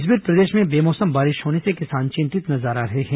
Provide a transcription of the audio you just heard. इस बीच प्रदेश में बेमौसम बारिश होने से किसान चिंतित नजर आ रहे हैं